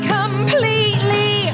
completely